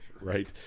Right